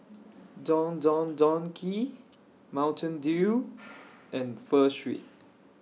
Don Don Donki Mountain Dew and Pho Street